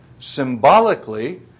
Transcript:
symbolically